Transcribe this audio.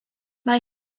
mae